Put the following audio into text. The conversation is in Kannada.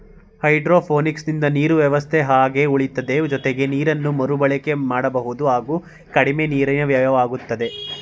ಹೈಡ್ರೋಪೋನಿಕ್ಸಿಂದ ನೀರು ವ್ಯವಸ್ಥೆ ಹಾಗೆ ಉಳಿತದೆ ಜೊತೆಗೆ ನೀರನ್ನು ಮರುಬಳಕೆ ಮಾಡಬಹುದು ಹಾಗೂ ಕಡಿಮೆ ನೀರಿನ ವ್ಯಯವಾಗ್ತದೆ